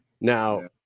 Now